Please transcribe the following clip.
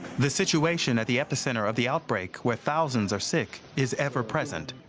the situation at the epicenter of the outbreak where thousands are sick is ever-present.